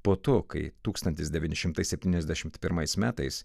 po to kai tūkstantis devyni šimtai septyniasdešim pirmais metais